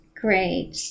Great